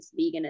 veganism